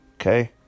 Okay